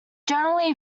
generally